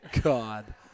God